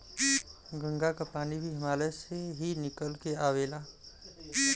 गंगा क पानी भी हिमालय से ही निकल के आवेला